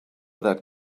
that